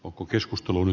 oko keskustelun